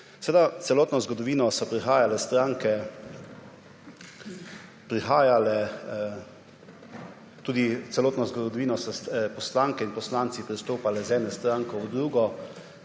celotno zgodovino so prihajale stranke, skozi celotno zgodovino so poslanke in poslanci tudi prestopali iz ene stranke v drugo.